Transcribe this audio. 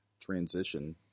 transition